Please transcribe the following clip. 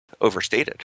overstated